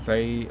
very